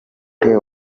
gute